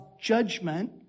judgment